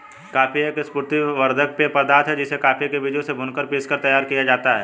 coffee एक स्फूर्ति वर्धक पेय पदार्थ है जिसे कॉफी के बीजों से भूनकर पीसकर तैयार किया जाता है